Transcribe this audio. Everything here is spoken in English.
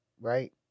right